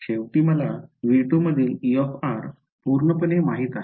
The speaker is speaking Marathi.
शेवटी मला V2 मधील E पूर्णपणे माहित आहे